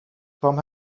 kwam